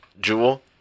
Jewel